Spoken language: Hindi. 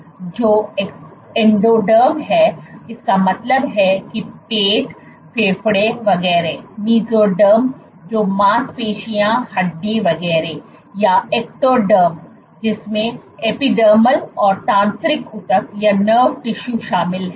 जो एंडोडर्म हैं इसका मतलब है कि पेट फेफड़े वगैरह मेसोडर्म जो मांसपेशियों हड्डी वगैरह या एक्टोडर्म हैं जिसमें एपिडर्मल और तंत्रिका ऊतक शामिल हैं